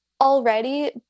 already